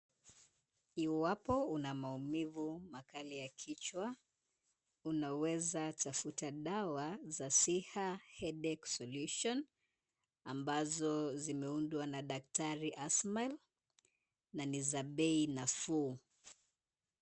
Iwapo una maumivu makali ya kichwa, unaweza tafuta dawa za Siha headache solution , ambazo zimeundwa na daktari Asmail na ni za bei nafuu.